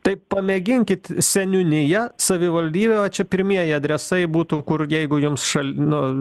tai pamėginkit seniūnija savivaldybė o čia pirmieji adresai būtų kur jeigu jums šal nu